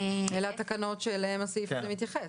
אלה התקנות שאליהן הסעיף הזה מתייחס.